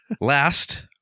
Last